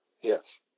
Yes